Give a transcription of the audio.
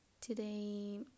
Today